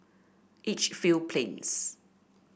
Edgefield Plains